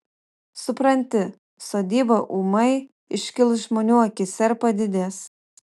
supranti sodyba ūmai iškils žmonių akyse ir padidės